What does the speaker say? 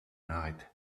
nice